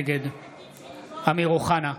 נגד אמיר אוחנה,